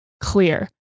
clear